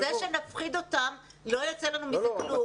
זה שנפחיד אותם, לא יוצא לנו מזה כלום.